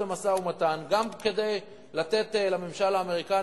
למשא-ומתן גם כדי לתת לממשל האמריקני,